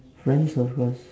friends of course